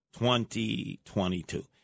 2022